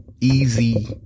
easy